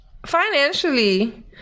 Financially